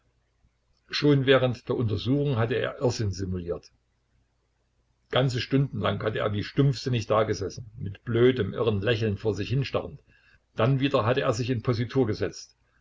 schon während der untersuchung hatte er irrsinn simuliert ganze stunden lang hatte er wie stumpfsinnig dagesessen mit blödem irren lächeln vor sich hinstarrend dann wieder hatte er sich in positur gesetzt